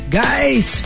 guys